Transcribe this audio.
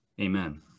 Amen